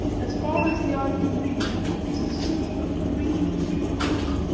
as far as the eye can reach is a sea of green tree tops,